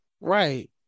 Right